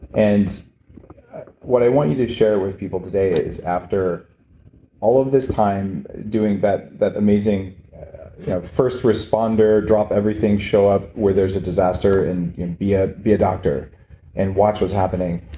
and what i want you to share with people today is after all of this time doing that that amazing first responder drop everything show up where there's a disaster and be ah be a doctor and watch what's happening,